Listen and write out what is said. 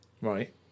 Right